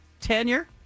tenure